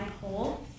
poll